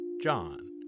John